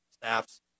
staffs